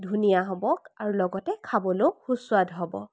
ধুনীয়া হ'ব আৰু লগতে খাবলৈয়ো সুস্বাদ হ'ব